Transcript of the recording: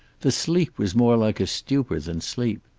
the sleep was more like a stupor than sleep.